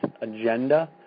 agenda